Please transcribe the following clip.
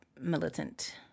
militant